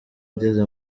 ageze